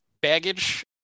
baggage